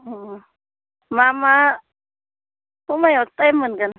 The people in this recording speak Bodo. अ मा मा समायाव टाइम मोनगोन